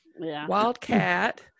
Wildcat